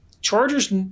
Chargers